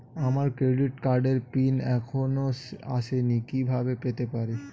আমার ক্রেডিট কার্ডের পিন এখনো আসেনি কিভাবে পেতে পারি?